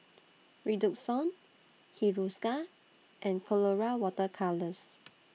Redoxon Hiruscar and Colora Water Colours